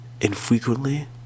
infrequently